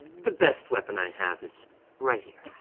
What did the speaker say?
the best weapon i have is right here.